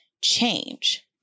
change